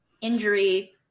injury